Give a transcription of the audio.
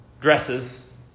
dresses